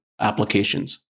applications